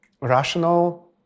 rational